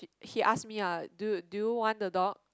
he ask me ah do do you want the dog